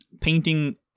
painting